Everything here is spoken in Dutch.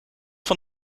van